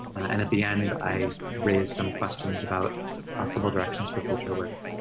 and at the end i raise some questions about possible directions for future work.